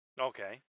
Okay